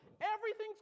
Everything's